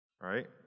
right